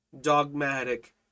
dogmatic